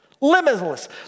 Limitless